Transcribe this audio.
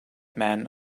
men